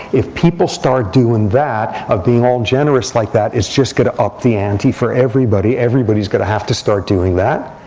if people start doing that, of being all generous like that, it's just going to up the ante for everybody. everybody's going to have to start doing that.